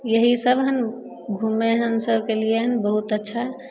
इएहसब हँ घुमै हमसभ कएलिए हँ बहुत अच्छा